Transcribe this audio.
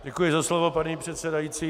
Děkuji za slovo, paní předsedající.